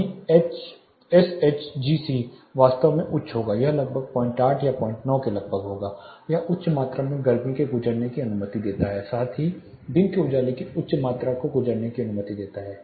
वही एसएचजीसी वास्तव में उच्च होगा यह लगभग 08 से 09 तक होगा यह उच्च मात्रा में गर्मी से गुजरने की अनुमति देता है साथ ही दिन के उजाले की उच्च मात्रा से गुजरने की अनुमति देता है